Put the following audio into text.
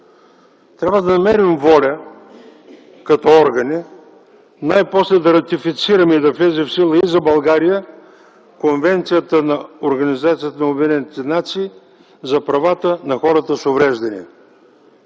Трябва да намерим воля като органи най-после да ратифицираме и да влезе в сила и за България Конвенцията на Организацията на обединените нации за правата на хората с увреждания.